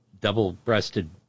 double-breasted